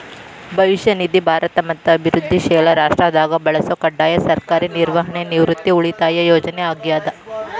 ಭವಿಷ್ಯ ನಿಧಿ ಭಾರತ ಮತ್ತ ಅಭಿವೃದ್ಧಿಶೇಲ ರಾಷ್ಟ್ರದಾಗ ಬಳಸೊ ಕಡ್ಡಾಯ ಸರ್ಕಾರಿ ನಿರ್ವಹಣೆಯ ನಿವೃತ್ತಿ ಉಳಿತಾಯ ಯೋಜನೆ ಆಗ್ಯಾದ